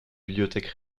bibliothèques